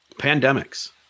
Pandemics